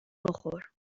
بخور